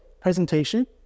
presentation